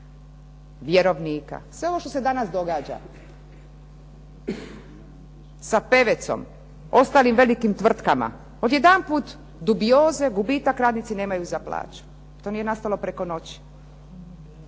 vjerovnika. Sve ovo što se danas događa sa "Pevecom2, ostalim velikim tvrtkama, odjedanput dubioze gubitak radnici nemaju za plaću. To nije nastalo preko noći.